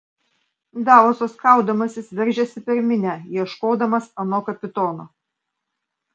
davosas kaudamasis veržėsi per minią ieškodamas ano kapitono